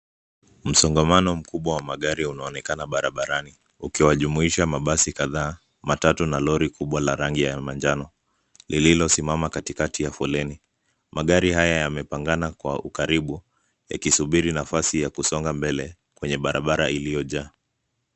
Msongamano mkubwa wa magari unaonekana barabarani ukijumuisha mabasi kadhaa matatu na lori kubwa la rangi ya manjano. Lililosimama katikati ya foleni. Magari haya yamepangana kwa ukaribu ya ikisubiri nafasi ya kusonga mbele kwenye barabara iliyojaa.